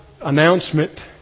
announcement